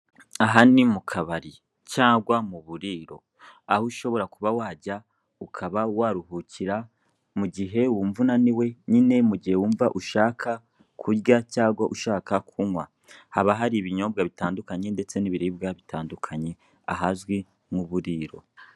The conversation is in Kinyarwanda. Aha ni mu kabari cyangwa mu buriro. Aho ushobora kuba wajya ukaba waruhukira mu gihe wumva unaniwe nyine mu gihe wumva ushaka kurya cyangwa ushaka kunywa, haba hari ibinyobwa bitandukanye ndetse n'ibiribwa bitandukanye ahazwi nk'uburiro.